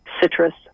citrus